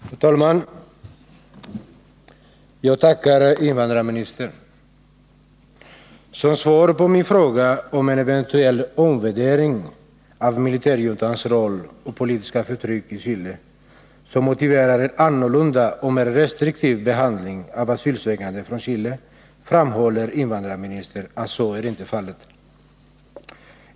Herr talman! Jag tackar invandrarministern. Som svar på min fråga om det har skett en eventuell omvärdering av militärjuntans roll och politiska förtryck i Chile som motiverar en annorlunda och mer restriktiv behandling av asylsökande från Chile, framhåller invandrarministern att så inte är fallet.